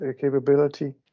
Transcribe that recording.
capability